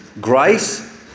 grace